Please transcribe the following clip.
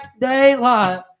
daylight